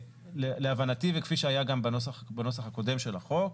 להבנתי וכפי שהיה גם בנוסח הקודם של החוק,